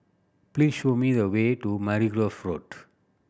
please show me the way to Margoliouth Road